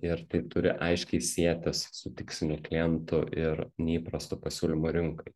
ir tai turi aiškiai sietis su tiksliniu klientu ir neįprastu pasiūlymu rinkai